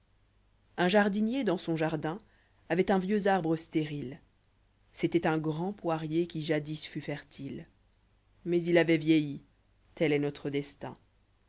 un jardinier dans son jardin avoit un vieux arbre stérile c'était un grand poirier qui jadis fut fertile mais il avoit vieilli tel est notre destin